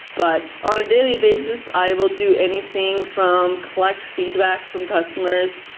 but on a daily basis, i will do anything from collect feedback from customers,